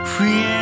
Free